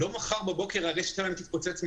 לא מחר בבוקר הרשת שלנו תתפוצץ מדגים.